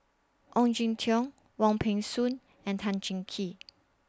Ong Jin Teong Wong Peng Soon and Tan Cheng Kee